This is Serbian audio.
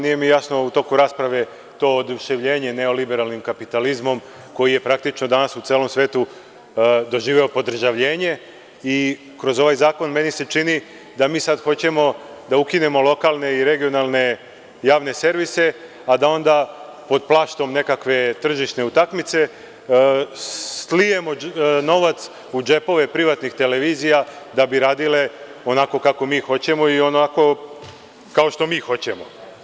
Nije mi jasno u toku rasprave to oduševljenje neoliberalnim kapitalizmom koji je praktično danas u celom svetu doživeo podržavljenje i kroz ovaj zakon meni se čini da mi sada hoćemo da ukinemo lokalne i regionalne javne servise pa da onda pod plaštom nekakve tržišne utakmice slijemo novac u džepove privatnih televizija da bi radile onako kako mi hoćemo i kao što mi hoćemo.